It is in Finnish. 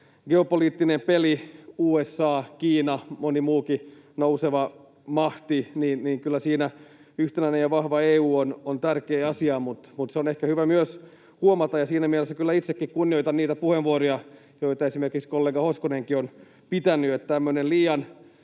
geopoliittinen peli. Siinä on USA, Kiina, moni muukin nouseva mahti, niin että kyllä siinä yhtenäinen ja vahva EU on tärkeä asia. Mutta se on ehkä hyvä myös huomata — ja siinä mielessä kyllä itsekin kunnioitan niitä puheenvuoroja, joita esimerkiksi kollega Hoskonenkin on pitänyt